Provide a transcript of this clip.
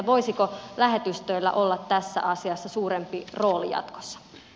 voisiko lähetystöillä olla tässä asiassa suurempi rooli jatkossa